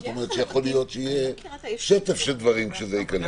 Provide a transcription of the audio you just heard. זאת אומרת שיכול להיות שיהיה שטף של דברים כשזה יכנס.